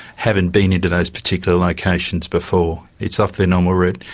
haven't been into those particular locations before. it's off their normal route.